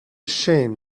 shame